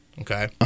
Okay